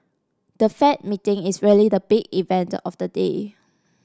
the Fed meeting is really the big event of the day